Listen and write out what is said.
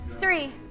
three